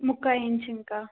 முக்கால் இன்ச்சிங்கக்கா